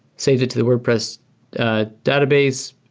save it to the wordpress ah database.